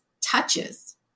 touches